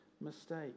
mistake